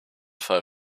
fall